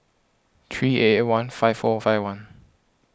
three eight eight one five four five one